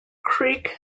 creek